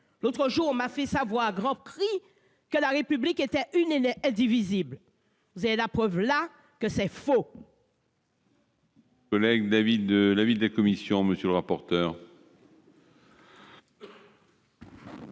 L'autre jour, on m'a fait savoir à grands cris que la République était une et indivisible. Vous avez la preuve que c'est faux